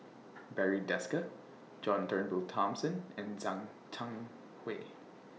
Barry Desker John Turnbull Thomson and Zhang Hui